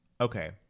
okay